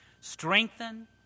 strengthen